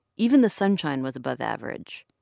even the sunshine was above average,